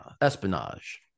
Espionage